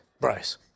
Bryce